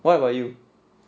what about you